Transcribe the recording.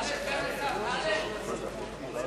סגן השר, תעלה, יאללה,